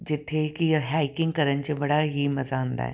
ਜਿੱਥੇ ਕਿ ਹਾਈਕਿੰਗ ਕਰਨ 'ਚ ਬੜਾ ਹੀ ਮਜ਼ਾ ਆਉਂਦਾ ਹੈ